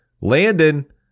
Landon